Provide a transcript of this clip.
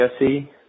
Jesse